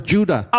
Judah